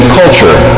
culture